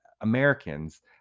Americans